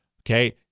Okay